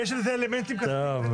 יש לזה אלמנטים כספיים,